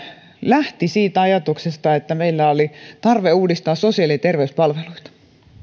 lähti siitä ajatuksesta että meillä oli tarve uudistaa sosiaali ja terveyspalveluita